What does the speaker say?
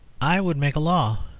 i would make a law,